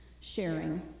sharing